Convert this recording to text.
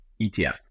ETF